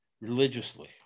religiously